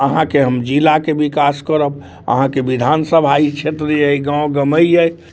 अहाँके हम जिलाके विकास करब अहाँके विधानसभा ई क्षेत्र अइ ई गाँव गमे अइ